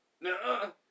No